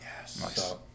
Yes